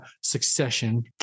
Succession